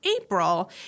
April